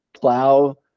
plow